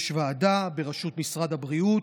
יש ועדה בראשות משרד הבריאות,